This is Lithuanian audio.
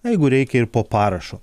jeigu reikia ir po parašu